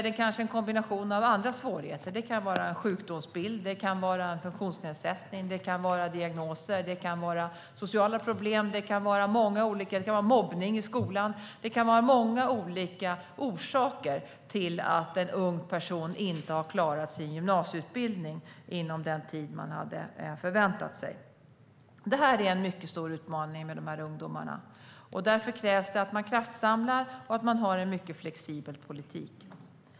Det kan vara en kombination av svårigheter - sjukdomsbild, funktionsnedsättning, diagnoser, sociala problem, mobbning i skolan. Det kan finnas många olika orsaker till att en ung person inte har klarat sin gymnasieutbildning inom den förväntade tiden. Dessa ungdomar är en mycket stor utmaning. Därför krävs det att vi kraftsamlar och har en flexibel politik.